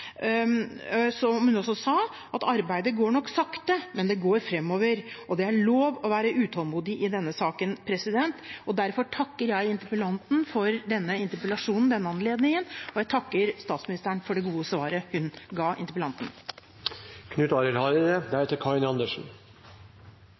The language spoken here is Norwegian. hun også sa: Arbeidet går nok sakte, men det går framover, og det er lov til å være utålmodig i denne saken. Derfor takker jeg interpellanten for denne interpellasjonen og for denne anledningen, og jeg takker statsministeren for det gode svaret hun ga interpellanten.